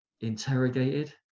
interrogated